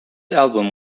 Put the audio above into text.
album